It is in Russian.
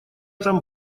там